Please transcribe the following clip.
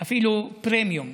אפילו פרמיום,